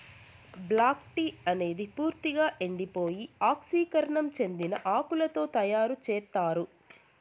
black tea అనేది పూర్తిక ఎండిపోయి ఆక్సీకరణం చెందిన ఆకులతో తయారు చేత్తారు